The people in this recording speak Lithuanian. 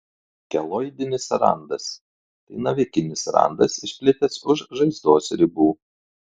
keloidinis randas tai navikinis randas išplitęs už žaizdos ribų